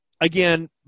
again